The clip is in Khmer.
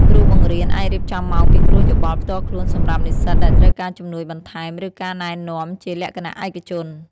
គ្រូបង្រៀនអាចរៀបចំម៉ោងពិគ្រោះយោបល់ផ្ទាល់ខ្លួនសម្រាប់និស្សិតដែលត្រូវការជំនួយបន្ថែមឬការណែនាំជាលក្ខណៈឯកជន។